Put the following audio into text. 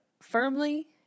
Firmly